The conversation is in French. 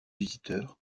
visiteurs